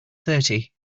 thirty